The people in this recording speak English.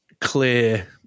clear